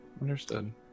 Understood